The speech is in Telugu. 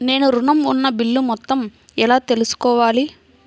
నేను ఋణం ఉన్న బిల్లు మొత్తం ఎలా తెలుసుకోవాలి?